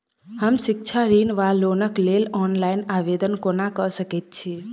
हम शिक्षा ऋण वा लोनक लेल ऑनलाइन आवेदन कोना कऽ सकैत छी?